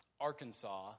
Arkansas